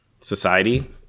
society